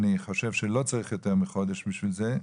אני חושב שלא צריך יותר מחודש בשביל זה,